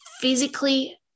physically